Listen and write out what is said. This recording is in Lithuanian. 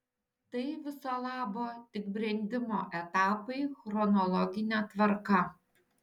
tai viso labo tik brendimo etapai chronologine tvarka